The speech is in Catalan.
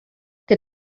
que